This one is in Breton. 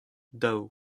daou